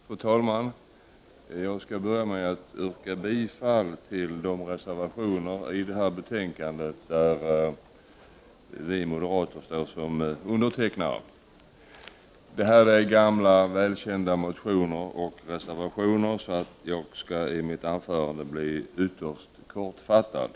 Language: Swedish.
Fru talman! Jag skall börja med att yrka bifall till de reservationer i det här betänkandet där vi moderater finns antecknade. Det gäller här gamla välkända motioner och reservationer. Jag skall därför fatta mig ytterst kort i mitt anförande.